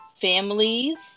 families